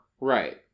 Right